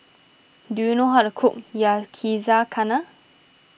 do you know how to cook Yakizakana